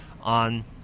on